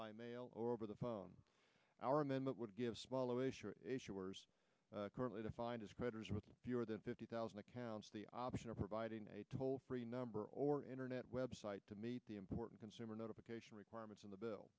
by mail or over the phone tower and then that would give smaller currently defined as creditors with fewer than fifty thousand accounts the option of providing a toll free number or internet web site to meet the important consumer notification requirements in the bill